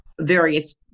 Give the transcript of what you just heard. various